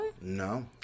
no